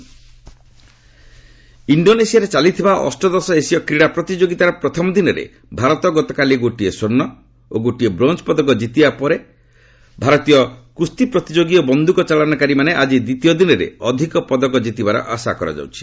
Asiad ଇଣ୍ଡୋନେସିଆରେ ଚାଲିଥିବା ଅଷ୍ଟଦଶ ଏସିୟ କ୍ରୀଡ଼ା ପ୍ରତିଯୋଗିତାର ପ୍ରଥମ ଦିନରେ ଭାରତ ଗତକାଲି ଗୋଟିଏ ସ୍ପର୍ଣ୍ଣ ଓ ଗୋଟିଏ ବୋଞ୍ଜ ପଦକ ଜିତିବା ପରେ ଭାରତୀୟ କୁଞ୍ଜି ପ୍ରତିଯୋଗି ଓ ବନ୍ଧୁକଚାଳନାକାରୀମାନେ ଆଜି ଦ୍ୱିତୀୟ ଦିନରେ ଅଧିକ ପଦକ ଜିତିବାର ଆଶା କରାଯାଉଛି